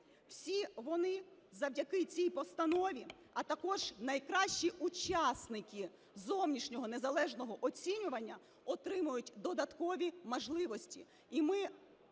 всі вони завдяки цій постанові, а також найкращі учасники зовнішнього незалежного оцінювання, отримують додаткові можливості.